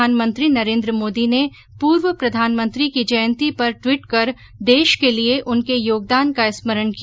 प्रधानमंत्री नरेन्द्र मोदी ने पूर्व प्रधानमंत्री की जयंती पर ट्वीट कर देश के लिये उनके योगदान का स्मरण किया